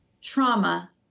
trauma